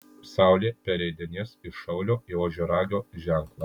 saulė pereidinės iš šaulio į ožiaragio ženklą